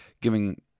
giving